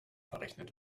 verrechnet